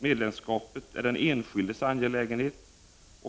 Medlemskapet är den enskildes angelägenhet.